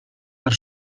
per